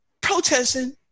protesting